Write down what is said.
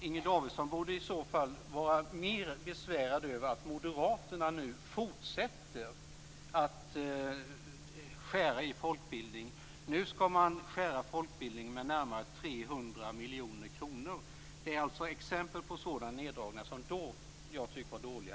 Inger Davidson borde i så fall vara mer besvärad över att Moderaterna nu fortsätter att skära i folkbildningen. Nu skall man skära i folkbildningen med närmare 300 miljoner kronor. Det är ett exempel på en sådan neddragning som jag då tyckte var dålig.